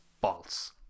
false